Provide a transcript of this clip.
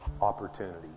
opportunity